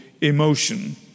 emotion